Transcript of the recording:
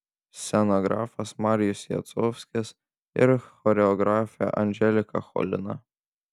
scenografas marijus jacovskis ir choreografė anželika cholina